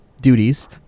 duties